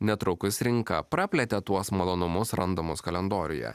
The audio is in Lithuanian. netrukus rinka praplėtė tuos malonumus randamus kalendoriuje